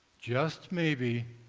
just maybe,